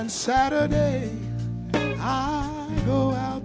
and saturday i go out